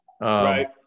Right